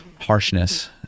harshness